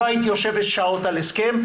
לא היית יושבת שעות על הסכם,